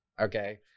Okay